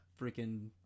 freaking